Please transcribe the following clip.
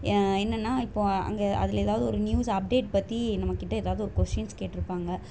என்னன்னா இப்போது அங்கே அதில் ஏதாவது ஒரு நியூஸ் அப்டேட் பற்றி நம்மக்கிட்ட ஏதாவது ஒரு கொஷின்ஸ் கேட்டிருப்பாங்க